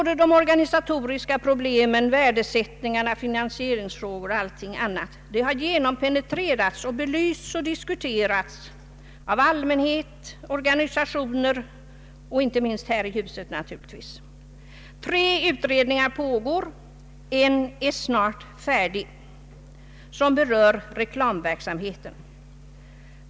De organisatoriska problemen, värdesättningarna, finansieringsfrågorna och allt annat har penetrerats, belysts och diskuterats av allmänhet, organisationer och naturligtvis inte minst av oss här i huset. Tre utredningar pågår — en är snart färdig, och den berör reklamverksamheten.